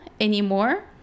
anymore